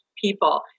people